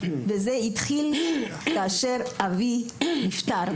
וזה התחיל כאשר אבי נפטר.